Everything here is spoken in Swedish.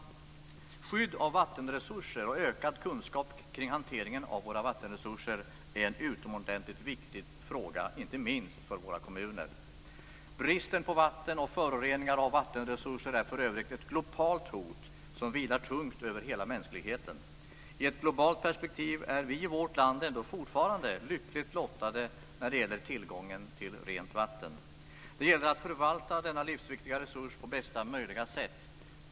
Skydd av vattenresurser och ökad kunskap kring hanteringen av våra vattenresurser är en utomordentligt viktig fråga inte minst för våra kommuner. Bristen på vatten och föroreningar av vattenresurser är för övrigt ett globalt hot som vilar tungt över hela mänskligheten. I ett globalt perspektiv är vi i vårt land ändå fortfarande lyckligt lottade när det gäller tillgången till rent vatten. Det gäller att förvalta denna livsviktiga resurs på bästa möjliga sätt.